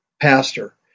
pastor